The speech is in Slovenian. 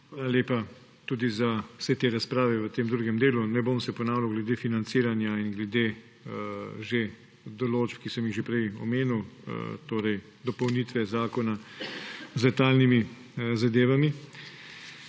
lepa tudi za vse te razprave v tem drugem delu. Ne bom se ponavljal glede financiranja in glede določb, ki sem jih že prej omenil. Torej dopolnitve zakona z detajlnimi zadevami.